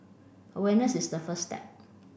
awareness is the first step